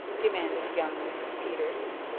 demanded young mrs. peters.